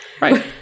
Right